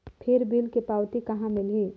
फिर बिल के पावती कहा मिलही?